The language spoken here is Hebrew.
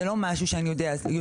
זה לא משהו שאני יודעת,